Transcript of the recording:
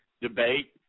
debate